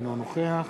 אינו נוכח